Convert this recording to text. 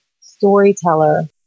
storyteller